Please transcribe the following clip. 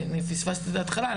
פספסתי את ההתחלה,